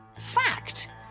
fact